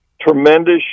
tremendous